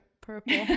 purple